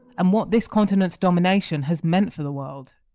and what this continent's domination has meant for the world.